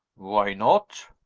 why not?